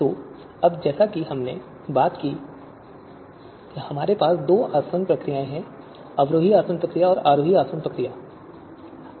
तो अब जैसा कि हमने बात की कि हमारे पास दो आसवन प्रक्रियाएं हैं अवरोही आसवन प्रक्रिया और आरोही आसवन प्रक्रिया ascending distillation procedure